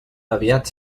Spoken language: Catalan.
aviat